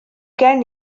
gen